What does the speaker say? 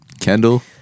Kendall